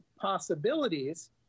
possibilities